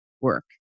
work